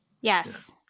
yes